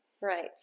Right